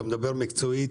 אתה מדבר מקצועית,